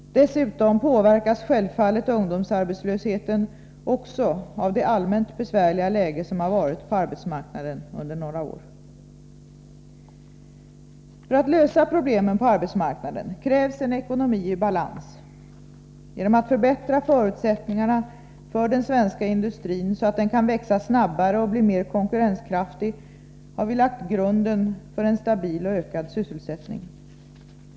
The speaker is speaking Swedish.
Dessutom påverkas självfallet ungdomsarbetslösheten också av det allmänt besvärliga läge som har rått på arbetsmarknaden under-några år. För att lösa problemen på arbetsmarknaden krävs en ekonomi i balans. Genom att förbättra förutsättningarna för den svenska industrin så att den kan växa snabbare och bli mer konkurrenskraftig har vi lagt grunden för en stabil och ökad sysselsättning.